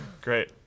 Great